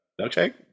milkshake